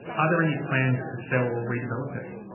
are there any plans to sell or redevelop it?